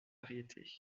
variétés